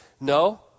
No